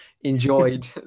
enjoyed